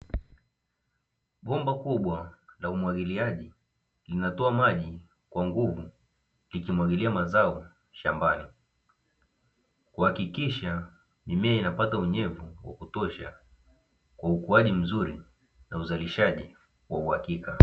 Bomba kubwa la umwagiliaji linatoa maji kwa nguvu likimwagilia mazao shambani, kuhakikisha mimea inapata unyevu wa kutosha kwa ukuaji mzuri na uzalishaji wa uhakika.